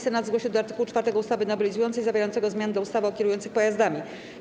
Senat zgłosił do art. 4 ustawy nowelizującej zawierającego zmiany do ustawy o kierujących pojazdami.